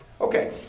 Okay